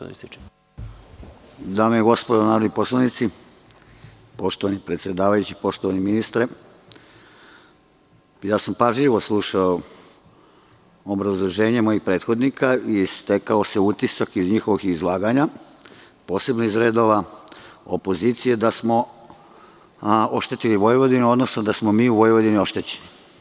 Dame i gospodo narodni poslanici, poštovani predsedavajući, poštovani ministre, pažljivo sam slušao obrazloženje mojih prethodnika i stekao se utisak iz njihovog izlaganja, posebno iz redova opozicije, da smo oštetili Vojvodinu, odnosno da smo mi u Vojvodini oštećeni.